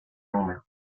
número